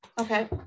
Okay